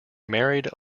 married